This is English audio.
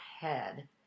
head